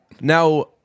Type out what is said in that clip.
Now